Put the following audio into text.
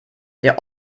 der